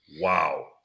wow